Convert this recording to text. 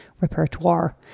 repertoire